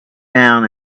down